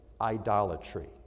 idolatry